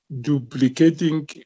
duplicating